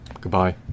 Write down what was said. Goodbye